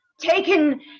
Taken